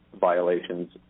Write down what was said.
violations